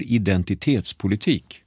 identitetspolitik